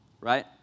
right